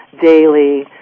daily